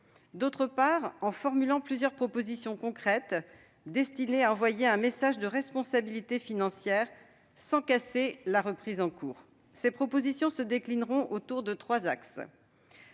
D'autre part, en formulant plusieurs propositions concrètes destinées à envoyer un message de responsabilité financière sans casser la reprise en cours. Ces propositions se déclineront autour de trois axes.